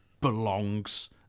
belongs